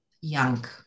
young